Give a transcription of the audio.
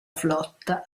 flotta